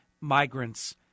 migrants